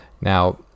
now